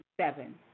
seven